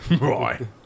right